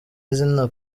izina